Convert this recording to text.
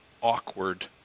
awkward